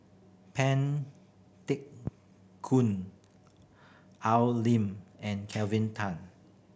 Pang Teck Koon Al Lim and Kelvin Tan